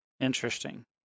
Interesting